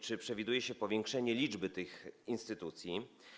Czy przewiduje się powiększenie liczby tych instytucji?